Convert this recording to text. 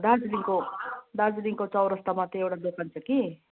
दार्जिलिङको दार्जिलिङको चौरस्तामा त्यो एउटा दोकान छ कि